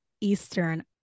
Eastern